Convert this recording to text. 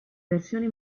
versioni